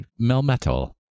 Melmetal